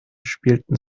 spielten